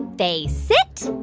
they sit